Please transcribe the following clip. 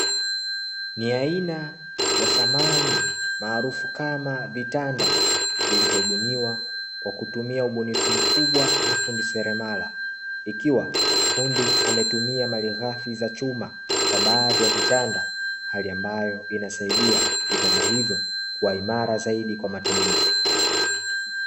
Ni aina za samani maarufu kama vitanda vilivyobuniwa kwa kutumia ubunifu mkubwa na fundi seremala; ikiwa fundi ametumia malighafi za chuma kwa baadhi ya vitanda hali ambayo inasaidia vitanda hivyo kuwa imara zaidi kwa matumizi.